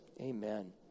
amen